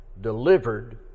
delivered